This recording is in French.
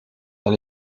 dans